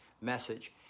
message